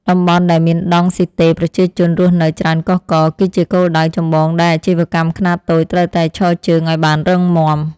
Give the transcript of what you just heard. តំបន់ដែលមានដង់ស៊ីតេប្រជាជនរស់នៅច្រើនកុះករ គឺជាគោលដៅចម្បងដែលអាជីវកម្មខ្នាតតូចត្រូវតែឈរជើងឱ្យបានរឹងមាំ។